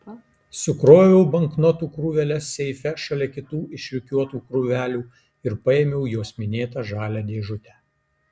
sukroviau banknotų krūveles seife šalia kitų išrikiuotų krūvelių ir paėmiau jos minėtą žalią dėžutę